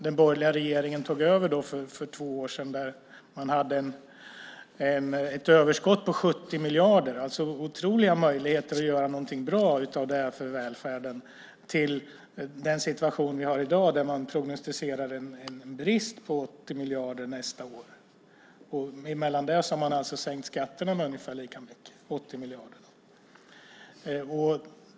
Den borgerliga regeringen tog över för två år sedan, när man hade ett överskott på 70 miljarder och alltså hade otroliga möjligheter att göra någonting bra av det för välfärden. I dag har vi en situation där man prognostiserar en brist på 80 miljarder nästa år. Häremellan har man alltså sänkt skatterna med ungefär lika mycket, 80 miljarder.